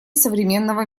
современного